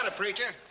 ah preacher.